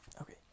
okay